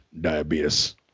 diabetes